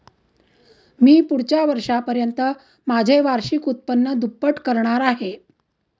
मी पुढच्या वर्षापर्यंत माझे वार्षिक उत्पन्न दुप्पट करणार आहे